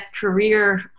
career